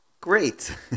Great